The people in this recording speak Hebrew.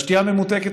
והשתייה הממותקת,